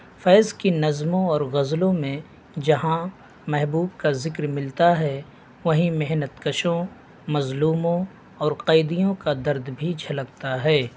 فیض کی نظموں اور غزلوں میں جہاں محبوب کا ذکر ملتا ہے وہیں محنت کشوں مظلوموں اور قیدیوں کا درد بھی جھلکتا ہے